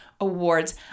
Awards